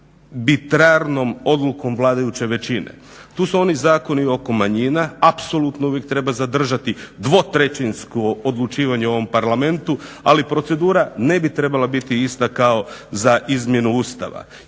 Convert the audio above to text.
arbitrarnom odlukom vladajuće većine. Tu su oni zakoni oko manjina, apsolutno uvijek treba zadržati dvotrećinsko odlučivanje u ovom Parlamentu ali procedura ne bi trebala biti ista kao za izmjenu Ustava.